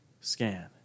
scan